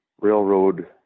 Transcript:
railroad